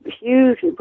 huge